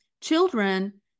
children